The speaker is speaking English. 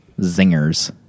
Zingers